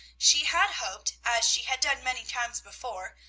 she had hoped, as she had done many times before,